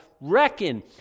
reckon